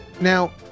Now